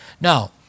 Now